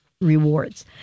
rewards